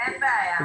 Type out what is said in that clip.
אין בעיה.